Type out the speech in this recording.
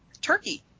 turkey